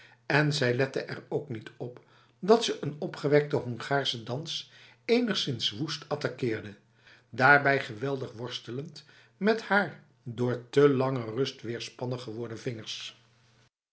en zij lette er ook niet op dat ze een opgewekte hongaarse dans enigszins woest attaqueerde daarbij geweldig worstelend met haar door te lange rust weerspannig geworden vingers